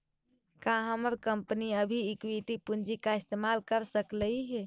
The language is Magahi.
का हमर कंपनी अभी इक्विटी पूंजी का इस्तेमाल कर सकलई हे